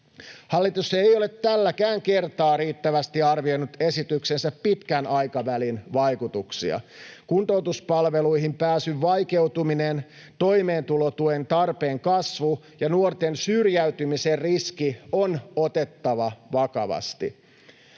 Hallitus ei ole tälläkään kertaa riittävästi arvioinut esityksensä pitkän aikavälin vaikutuksia. Kuntoutuspalveluihin pääsyn vaikeutuminen, toimeentulotuen tarpeen kasvu ja nuorten syrjäytymisen riski on otettava vakavasti.